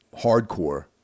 hardcore